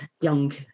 young